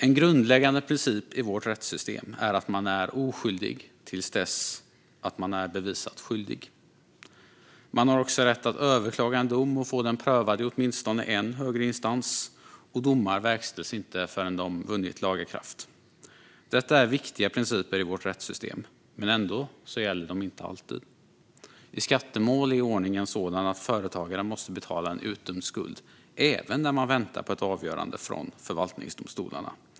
En grundläggande princip i vårt rättssystem är att man är oskyldig till dess man är bevisat skyldig. Man har också rätt att överklaga en dom och få den prövad i åtminstone en högre instans, och domar verkställs inte förrän de vunnit laga kraft. Detta är viktiga principer i vårt rättssystem, men ändå gäller de inte alltid. I skattemål är ordningen sådan att företagare måste betala en utdömd skuld även när man väntar på ett avgörande från förvaltningsdomstolarna.